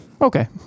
Okay